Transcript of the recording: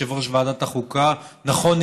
יושב-ראש ועדת החוקה: נכון,